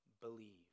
believe